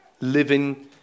living